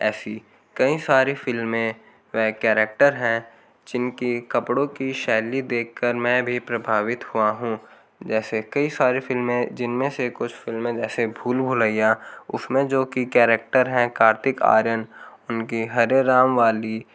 ऐसी कई सारी फ़िल्में व करैक्टर हैं जिन के कपड़ों की शैली देख कर मैं भी प्रभावित हुआ हूँ जैसे कई सारी फ़िल्में जिनमें से कुछ फ़िल्में जैसे भूल भुलैया उसमें जो की कैरेक्टर है कार्तिक आर्यन उनकी हरे राम वाली